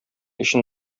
өчен